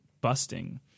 busting